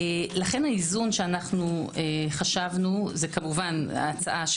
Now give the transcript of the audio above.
לכן האיזון שחשבנו כמובן ההצעה,